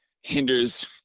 hinders